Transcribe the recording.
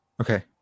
Okay